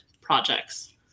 projects